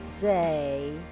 say